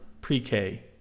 pre-K